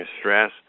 stress